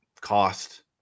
cost